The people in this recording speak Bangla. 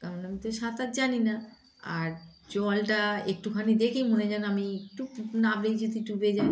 কারণ আমি তো সাঁতার জানি না আর জলটা একটুখানি দেখিই মনে য আমি একটু নাভেই যদি টুবে যাই